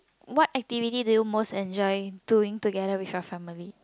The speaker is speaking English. what activity do you most enjoy doing together with your family